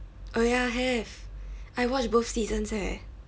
oh ya have I watch both seasons eh